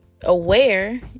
aware